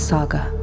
Saga